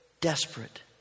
desperate